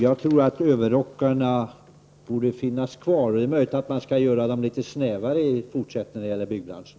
Jag tror att överrockarna borde finnas kvar. Det är möjligt att man i fortsättningen skall göra dem litet snävare för byggbranschen.